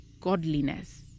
godliness